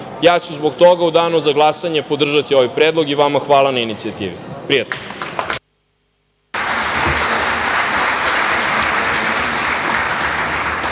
ću zbog toga u danu za glasanje podržati ovaj predlog. Vama hvala na inicijativi. **Elvira